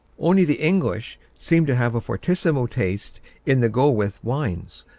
only the english seem to have a fortissimo taste in the go-with wines,